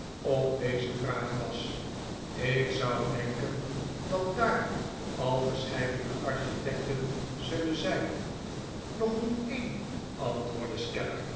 op deze vraag was ik zou denken dat daar al verscheidene architecten zullen zijn nog niet een antwoordde